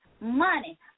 money